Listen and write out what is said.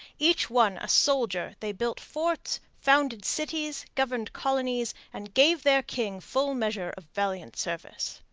each one a soldier, they built forts, founded cities, governed colonies, and gave their king full measure of valiant service.